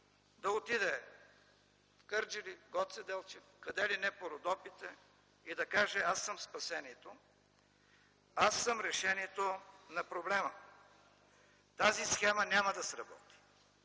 да отиде в Кърджали, Гоце Делчев, къде ли не по Родопите и да каже: „Аз съм спасението, аз съм решението на проблема”. Тази схема няма да сработи.